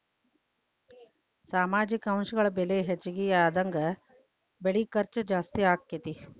ಸಾಮಾಜಿಕ ಅಂಶಗಳ ಬೆಲೆ ಹೆಚಗಿ ಆದಂಗ ಬೆಳಿ ಖರ್ಚು ಜಾಸ್ತಿ ಅಕ್ಕತಿ